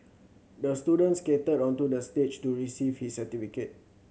the student skated onto the stage to receive his certificate